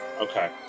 Okay